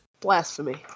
blasphemy